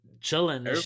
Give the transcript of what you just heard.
chilling